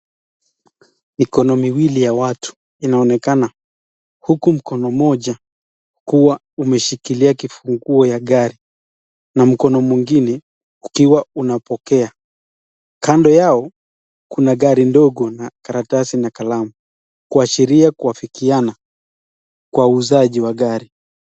Mikono miwili ya watu inaonekana, huku mkono moja kuwa umeshikilia kifunguo ya gari na mkono mwingine ukiwa unapokea. Kando yao kuna gari ndogo na karatasi na kalamu kuashiria kuafikiana kwa uuzaji wa gari.